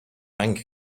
bank